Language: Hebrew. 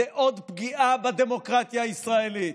זו עוד פגיעה בדמוקרטיה הישראלית,